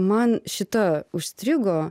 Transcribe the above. man šita užstrigo